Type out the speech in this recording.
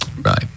Right